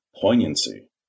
poignancy